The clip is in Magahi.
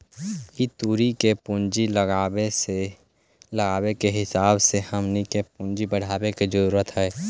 ई तुरी के पूंजी के लागत के हिसाब से हमनी के पूंजी बढ़ाबे के जरूरत हई